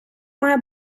має